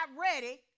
ready